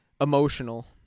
emotional